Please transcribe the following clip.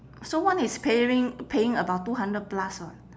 so one is pay ring paying about two hundred plus [what]